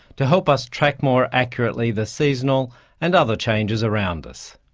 to help us track more accurately the seasonal and other changes around us.